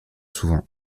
souvent